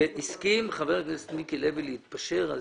הסכים חבר הכנסת מיקי לוי להתפשר על